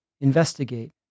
Investigate